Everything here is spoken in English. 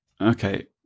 Okay